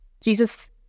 Jesus